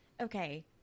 Okay